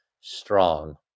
strong